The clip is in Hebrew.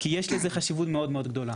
כי יש לזה חשיבות מאוד מאוד גדולה.